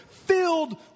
Filled